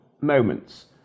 moments